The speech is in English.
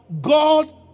God